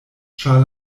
ĉar